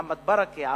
מוחמד ברכה,